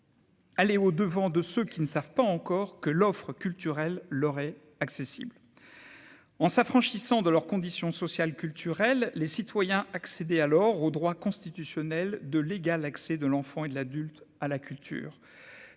Allez au devant de ceux qui ne savent pas encore que l'offre culturelle l'est accessible en s'affranchissant de leurs conditions sociales, culturelles, les citoyens accéder alors au droit constitutionnel de l'égal accès de l'enfant et de l'adulte à la culture,